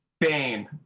Bane